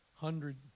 hundred